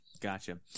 gotcha